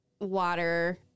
water